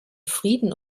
frieden